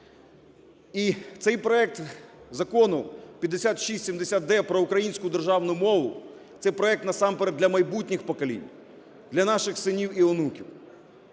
І цей проект Закону 5670-д про українську державну мову – це проект, насамперед, для майбутніх поколінь, для наших синів і онуків.